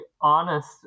honest